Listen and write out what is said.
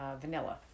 vanilla